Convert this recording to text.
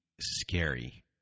scary